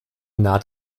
naht